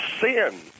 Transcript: sin